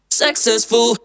successful